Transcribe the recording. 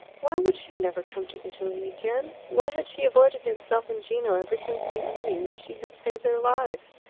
why would she never come to italy again? why had she avoided himself and gino ever since the evening that she had saved their lives?